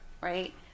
right